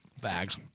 bags